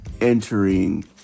entering